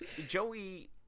Joey